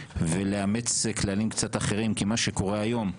ולאמץ כללים קצת אחרים כי מה שקורה היום,